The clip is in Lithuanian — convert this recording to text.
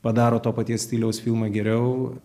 padaro to paties stiliaus filmą geriau